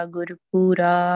Gurupura